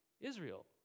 Israel